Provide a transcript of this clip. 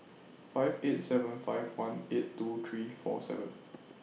five eight seven five one eight two three four seven